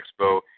Expo